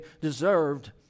deserved